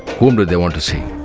whom do they want to see?